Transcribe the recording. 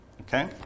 Okay